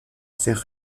faire